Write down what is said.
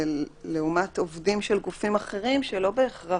לעומת עובדים של גופים אחרים שלא בהכרח